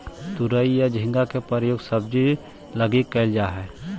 तुरई या झींगा के प्रयोग सब्जी लगी कैल जा हइ